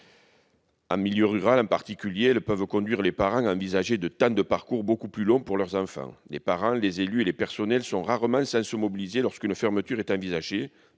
En milieu rural en particulier, elles peuvent conduire les parents à envisager des temps de parcours beaucoup plus longs pour leurs enfants. Les parents, les élus et les personnels sont rarement sans se mobiliser lorsqu'une fermeture est envisagée.